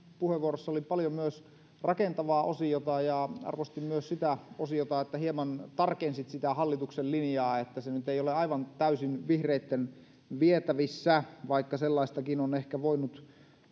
puheenvuorossa oli paljon myös rakentavaa osiota ja arvostin myös sitä osiota jossa hieman tarkensit hallituksen linjaa että se nyt ei ole aivan täysin vihreitten vietävissä vaikka sellaistakin on ehkä voinut